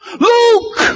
Luke